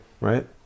right